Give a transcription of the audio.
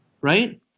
right